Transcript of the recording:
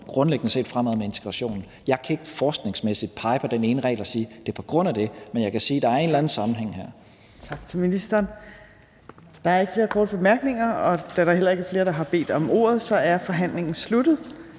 grundlæggende set går fremad med integrationen. Jeg kan ikke forskningsmæssigt pege på den ene regel og sige, at det er på grund af den, men jeg kan sige, at der er en eller anden sammenhæng her. Kl. 17:55 Tredje næstformand (Trine Torp): Tak til ministeren. Der er ikke flere korte bemærkninger, og da der heller ikke er flere, der har bedt om ordet, er forhandlingen sluttet.